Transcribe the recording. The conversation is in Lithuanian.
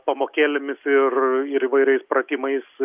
pamokėlėmis ir ir įvairiais pratimais